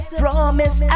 promise